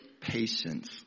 patience